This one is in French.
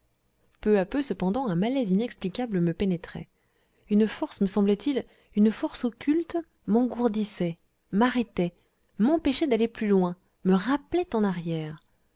peu à peu cependant un malaise inexplicable me pénétrait une force me semblait-il une force occulte m'engourdissait m'arrêtait m'empêchait d'aller plus loin me rappelait en arrière